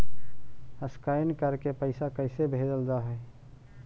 Scan करके पैसा कैसे भेजल जा हइ?